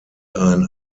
ein